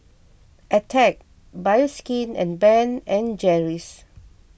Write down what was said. Attack Bioskin and Ben and Jerry's